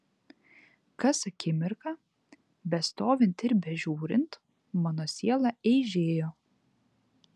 kas akimirką bestovint ir bežiūrint mano siela eižėjo